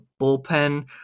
bullpen